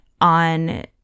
on